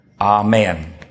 amen